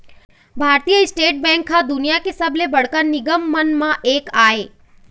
भारतीय State Bank ह दुनिया के सबले बड़का निगम मन म एक आय